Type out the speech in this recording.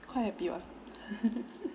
quite happy what